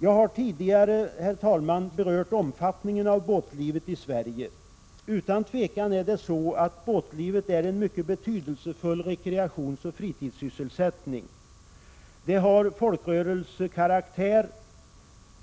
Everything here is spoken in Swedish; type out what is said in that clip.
Herr talman! Jag har tidigare berört omfattningen av båtlivet i Sverige. Båtlivet är utan tvivel en mycket betydelsefull rekreation och fritidssysselsättning i Sverige. Det är av folkrörelsekaraktär